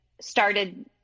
started